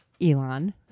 Elon